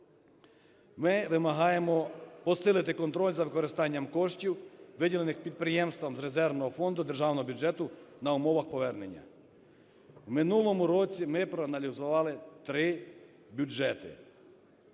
Ми вимагаємо посилити контроль за використанням коштів, виділених підприємствам з резервного фонду державного бюджету на умовах повернення. В минулому році ми проаналізували 3 бюджети: